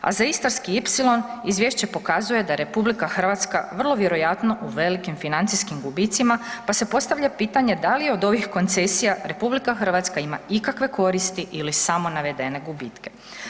A za Istarski ipsilon izvješće pokazuje da RH vrlo vjerojatno u velikim financijskim gubicima pa se postavlja pitanje da li je od ovih koncesija RH ima ikakve koristi ili samo navedene gubitke?